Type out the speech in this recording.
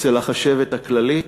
אצל החשבת הכללית,